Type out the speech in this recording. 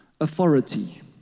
authority